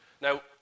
Now